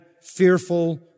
fearful